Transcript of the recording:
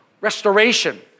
Restoration